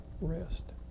rest